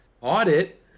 Audit